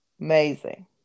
amazing